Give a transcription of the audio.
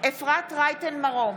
אפרת רייטן מרום,